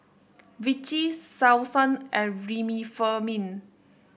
Vichy Selsun and Remifemin